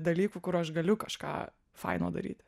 dalykų kur aš galiu kažką faino daryti